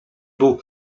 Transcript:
był